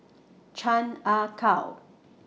Chan Ah Kow